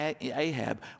Ahab